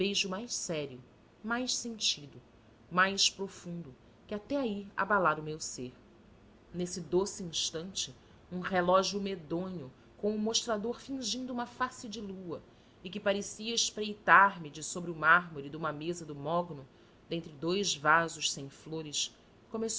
beijo mais sério mais sentido mais profundo que até aí abalara o meu ser nesse doce instante um relógio medonho com o mostrador fingindo uma face de lua e que parecia espreitar me de sobre o mármore de uma mesa de mogno dentre dous vasos sem flores